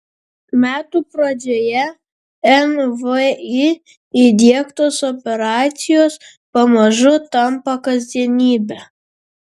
metų pradžioje nvi įdiegtos operacijos pamažu tampa kasdienybe